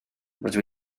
rydw